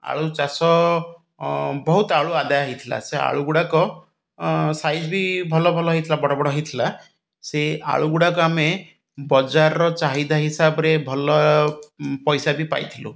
ଆଳୁ ଚାଷ ବହୁତ ଆଳୁ ଆଦାୟ ହୋଇଥିଲା ସେ ଆଳୁଗୁଡ଼ାକ ସାଇଜ୍ ବି ଭଲ ଭଲ ହୋଇଥିଲା ବଡ଼ ବଡ଼ ହୋଇଥିଲା ସେ ଆଳୁଗୁଡ଼ାକ ଆମେ ବଜାରର ଚାହିଦା ହିସାବରେ ଭଲ ପଇସା ବି ପାଇଥିଲୁ